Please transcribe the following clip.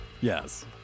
Yes